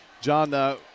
John